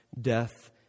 death